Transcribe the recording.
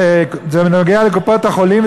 זה נוגע לקופות-החולים,